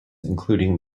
including